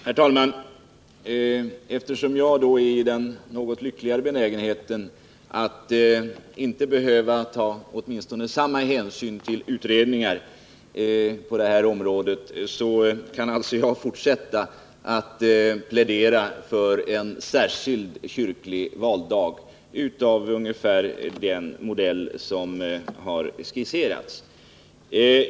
Herr talman! Eftersom jag är i den något lyckligare belägenheten att inte behöva ta samma hänsyn till utredningar, kan jag fortsätta att plädera för en särskild kyrklig valdag ungefär av den modell som har skisserats.